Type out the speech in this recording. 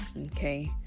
okay